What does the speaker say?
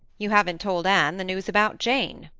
you haven't told anne the news about jane,